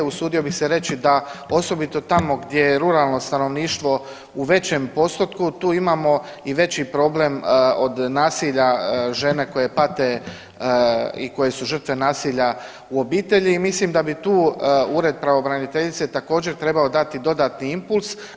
Usudio bi se reći da osobito tamo gdje je ruralno stanovništvo u većem postotku tu imamo i veći problem od nasilja žene koje pate i koje su žrtve nasilja u obitelji i mislim da bi tu ured pravobraniteljice također trebao dati dodatni impuls.